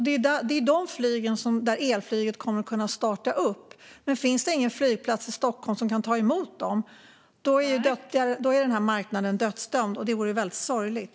Det är på de flyglinjerna som elflyget kommer att kunna starta upp, men finns det ingen flygplats i Stockholm som kan ta emot det är den marknaden dödsdömd. Det vore väldigt sorgligt.